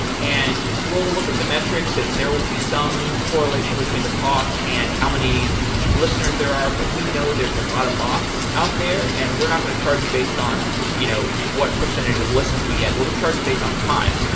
and we'll look at the metrics and there will be some correlation between the cost and how many listeners there are, but we know there's a lot of bots out there, and we're not going to charge you based on you know what percentage of listens we get. we'll just charge you based on time.